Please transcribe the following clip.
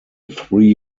three